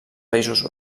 països